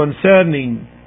concerning